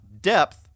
depth